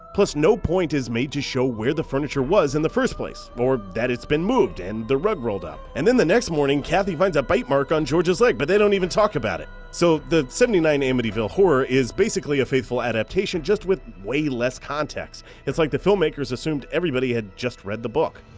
plus, no point is made to show where the furniture was in the first place, or that it's been moved and the rug rolled up. and then the next morning, kathy finds a bite mark on george's leg, but they don't even talk about it. so the seventy nine amityville horror is basically a faithful adaptation just with way less context. it's like the filmmakers assumed everybody had just read the book.